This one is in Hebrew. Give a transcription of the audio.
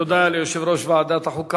תודה ליושב-ראש ועדת החוקה,